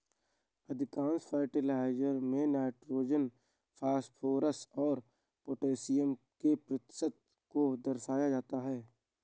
अधिकांश फर्टिलाइजर में nitrogen, phosphorus और पौटेशियम के प्रतिशत को दर्शाया जाता है